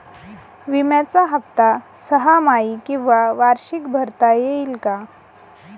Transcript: विम्याचा हफ्ता सहामाही किंवा वार्षिक भरता येईल का?